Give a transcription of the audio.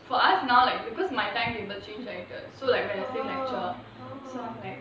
for us now like because my timetable change so like we have the same lecture so I'm like